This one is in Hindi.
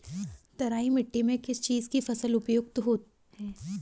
तराई मिट्टी में किस चीज़ की फसल उपयुक्त है?